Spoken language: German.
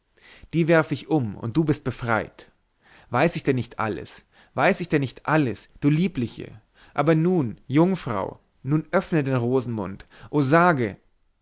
die werf ich um und du bist befreit weiß ich denn nicht alles weiß ich denn nicht alles du liebliche aber nun jungfrau nun öffne den rosenmund o sage